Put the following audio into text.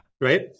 Right